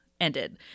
ended